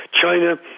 China